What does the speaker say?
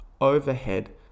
overhead